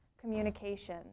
communication